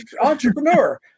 entrepreneur